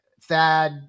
Thad